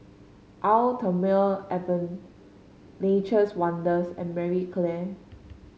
Eau Thermale Avene Nature's Wonders and Marie Claire